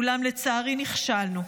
אולם לצערי נכשלנו.